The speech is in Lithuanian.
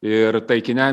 ir taikiniam